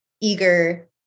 eager